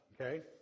Okay